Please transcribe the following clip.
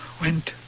went